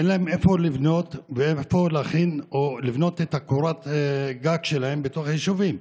אין להם איפה לבנות את קורת הגג שלהם בתוך היישובים.